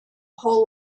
whole